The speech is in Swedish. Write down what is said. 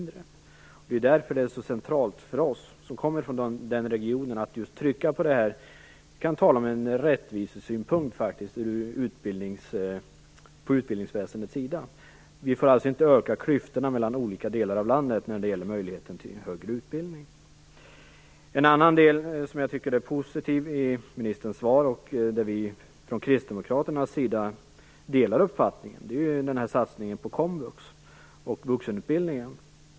Det är därför det är så centralt för oss som kommer från den regionen att betona denna rättvisesynpunkt på utbildningsväsendets område. Vi får inte öka klyftorna mellan olika delar av landet när det gäller möjligheten till högre utbildning. En annan sak som jag tycker är positivt i ministerns svar, och där vi från kristdemokraternas sida delar uppfattningen, är satsningen på komvux och vuxenutbildningen.